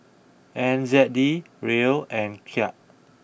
N Z D Riel and Kyat